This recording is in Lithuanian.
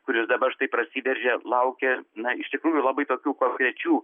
kuris dabar štai prasiveržė laukia na iš tikrųjų labai tokių konkrečių